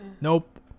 Nope